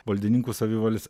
valdininkų savivalės